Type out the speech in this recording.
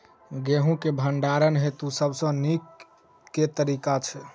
गेंहूँ केँ भण्डारण हेतु सबसँ नीक केँ तरीका छै?